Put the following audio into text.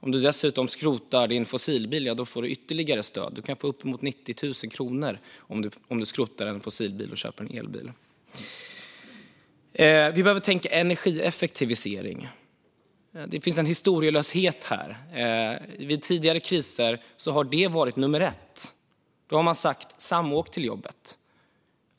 Om man dessutom skrotar sin fossilbil får man ytterligare stöd; man kan få uppemot 90 000 kronor om man skrotar en fossilbil och köper en elbil. Vi behöver tänka energieffektivisering. Det finns en historielöshet här, för vid tidigare kriser har det varit nummer ett. Då har man sagt: Samåk till jobbet!